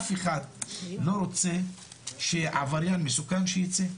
אף אחד לא רוצה שעבריין מסוכן יצא.